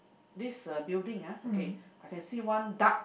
this uh building ah okay I can see one dark